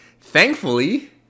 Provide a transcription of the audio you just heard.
thankfully